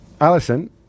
Alison